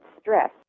stress